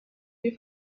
die